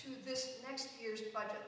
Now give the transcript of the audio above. to this next year's budget